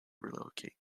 relocate